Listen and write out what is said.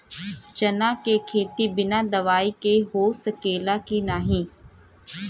चना के खेती बिना दवाई के हो सकेला की नाही?